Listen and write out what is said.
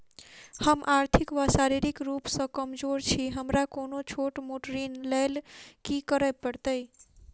हम आर्थिक व शारीरिक रूप सँ कमजोर छी हमरा कोनों छोट मोट ऋण लैल की करै पड़तै?